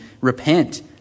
repent